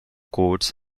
codes